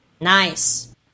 nice